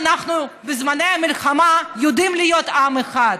בזמן מלחמה אנחנו יודעים להיות עם אחד,